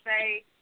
say